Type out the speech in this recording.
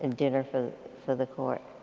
and dinner for for the court